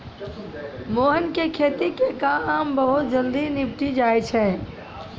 मोहन के खेती के काम बहुत जल्दी निपटी जाय छै